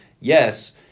yes